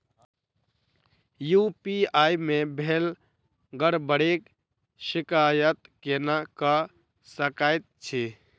UPI मे भेल गड़बड़ीक शिकायत केना कऽ सकैत छी?